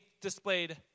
displayed